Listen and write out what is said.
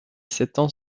s’étend